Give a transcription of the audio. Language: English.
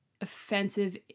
offensive